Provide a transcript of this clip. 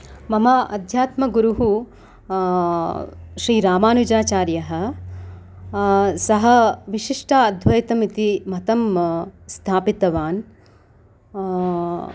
मम अध्यात्मगुरुः श्रीरामानुजाचार्यः सः विशिष्ट अद्वैतमिति मतं स्थापितवान्